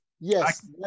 Yes